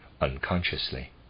unconsciously